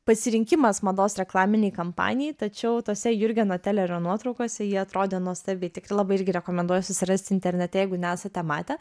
pasirinkimas mados reklaminei kampanijai tačiau tose jurgeno telerio nuotraukose ji atrodė nuostabiai tikrai labai irgi rekomenduoju susirasti internete jeigu nesate matę